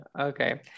Okay